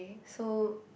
so